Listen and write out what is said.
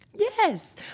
Yes